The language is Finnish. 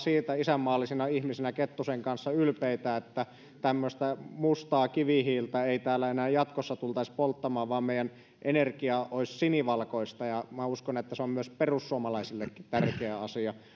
isänmaallisina ihmisinä kettusen kanssa ylpeitä siitä että tämmöistä mustaa kivihiiltä ei täällä enää jatkossa tultaisi polttamaan vaan meidän energiamme olisi sinivalkoista ja uskon että se on myös perussuomalaisillekin tärkeä asia